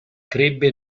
crebbe